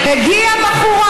הגיעה בחורה